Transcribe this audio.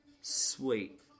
Sweet